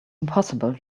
impossible